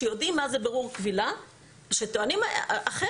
שיודעים מה זה בירור קבילה ושטוענים אחרת.